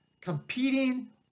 competing